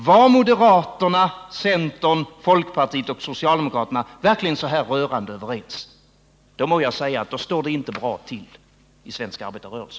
Var moderaterna, centern, folkpartiet och socialdemokraterna verkligen så här rörande överens? Då må jag säga att det inte står bra till i svensk arbetarrörelse.